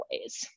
ways